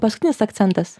nes akcentas